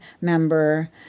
member